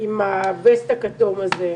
עם הוסט הכתום הזה,